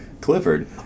Clifford